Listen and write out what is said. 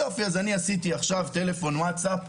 יופי, אני עשיתי עכשיו טלפון ווטסאפ,